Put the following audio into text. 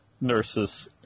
nurses